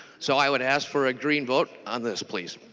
so i would ask for a green vote on this please.